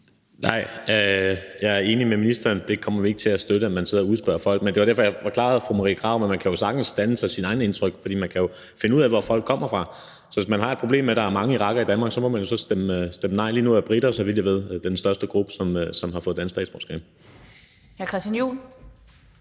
Nej, jeg er enig med ministeren i, at vi ikke kommer til at støtte, at man sidder og udspørger folk. Det var derfor, jeg forklarede fru Marie Krarup, at man jo sagtens kan danne sig sine egne indtryk. For man kan jo finde ud af, hvor folk kommer fra, så hvis man har et problem med, at der er mange irakere i Danmark, så må man jo stemme nej til dem. Lige nu er briter, så vidt jeg ved, den største gruppe, som har fået dansk statsborgerskab.